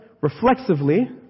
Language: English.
reflexively